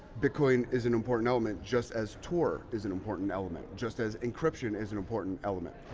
bitcoin is an important element just as tor is an important element, just as encryption is an important element.